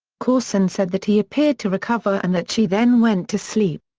courson said that he appeared to recover and that she then went to sleep.